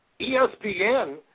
ESPN